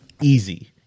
Easy